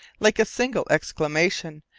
like a single exclamation,